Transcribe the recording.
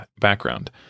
background